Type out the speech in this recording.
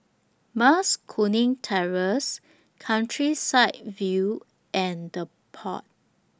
Mas Kuning Terrace Countryside View and The Pod